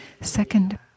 Second